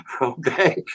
okay